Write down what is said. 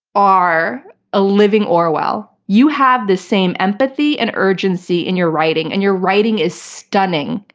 are a living orwell. you have the same empathy and urgency in your writing. and your writing is stunning,